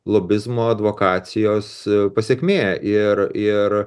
lobizmo advokacijos pasekmė ir ir